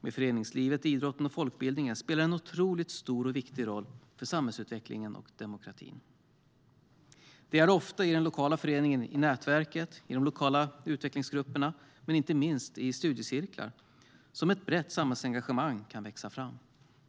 med föreningslivet, idrotten och folkbildningen spelar en otroligt stor och viktig roll för samhällsutvecklingen och demokratin. Det är ofta i den lokala föreningen, i nätverket, i de lokala utvecklingsgrupperna och inte minst i studiecirklar som ett brett samhällsengagemang kan växa fram.